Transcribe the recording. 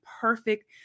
perfect